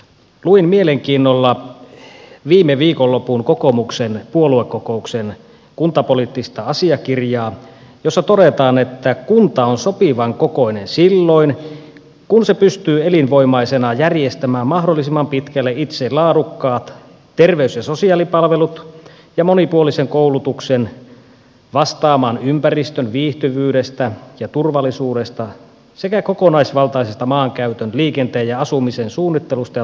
luin mielenkiinnolla viime viikonlopun kokoomuksen puoluekokouksen kuntapoliittista asiakirjaa jossa todetaan että kunta on sopivan kokoinen silloin kun se pystyy elinvoimaisena järjestämään mahdollisimman pitkälle itse laadukkaat terveys ja sosiaalipalvelut ja monipuolisen koulutuksen vastaamaan ympäristön viihtyvyydestä ja turvallisuudesta sekä kokonaisvaltaisesta maankäytön liikenteen ja asumisen suunnittelusta ja toteutuksesta